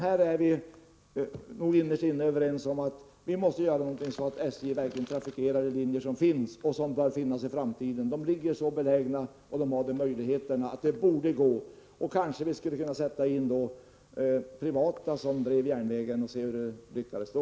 Vi är nog innerst inne överens om att vi måste göra något så att SJ verkligen trafikerar de linjer som finns och som bör finnas i framtiden. De är så belägna och har sådana förutsättningar att det borde gå. Kanske vi skulle kunna ta in privata företag som drev järnvägen och se hur det lyckades då.